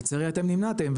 לצערי אתם נמנעתם,